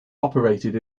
operated